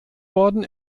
worden